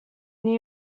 new